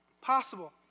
possible